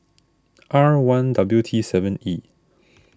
R one W T seven E